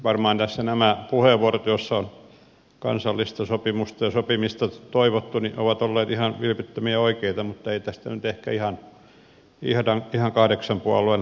varmaan tässä nämä puheenvuorot joissa on kansallista sopimusta ja sopimista toivottu ovat olleet ihan vilpittömiä ja oikeita mutta ei tästä nyt ehkä ihan kahdeksan puolueen hallitusta taida tulla kaikesta huolimatta